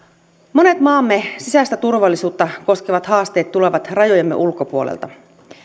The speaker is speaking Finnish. monet maamme sisäistä turvallisuutta koskevat haasteet tulevat rajojemme ulkopuolelta